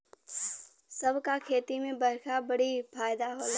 सब क खेती में बरखा बड़ी फायदा होला